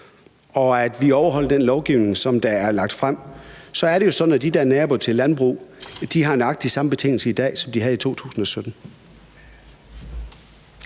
og at vi overholder den lovgivning, der er lagt frem. Så er det jo sådan, at dem, der er naboer til landbrug, har nøjagtig de samme betingelser i dag, som de havde i 2017.